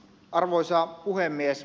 arvoisa puhemies